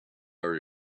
our